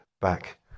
back